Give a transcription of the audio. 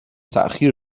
تاخیر